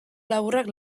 laburrak